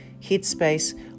Headspace